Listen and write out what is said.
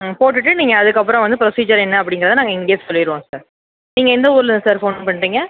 ம் போட்டுவிட்டு நீங்கள் அதுக்கப்புறம் வந்து ப்ரொசிஜர் என்ன அப்படிங்கிறத நாங்கள் இங்கேயே சொல்லிடுவோம் சார் நீங்கள் எந்த ஊரிலேருந்து சார் ஃபோன் பண்ணுறீங்க